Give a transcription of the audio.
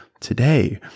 today